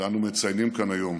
שאנו מציינים כאן היום.